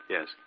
Yes